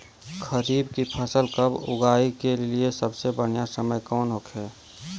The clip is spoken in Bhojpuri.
खरीफ की फसल कब उगाई के लिए सबसे बढ़ियां समय कौन हो खेला?